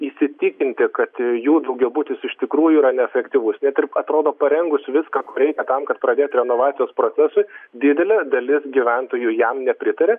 įsitikinti kad jų daugiabutis iš tikrųjų yra neefektyvus net ir atrodo parengus viską ko reikia tam kad pradėt renovacijos procesui didelė dalis gyventojų jam nepritaria